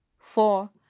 four